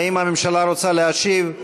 האם הממשלה רוצה להשיב?